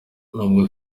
nubwo